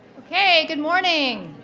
okay, good morning.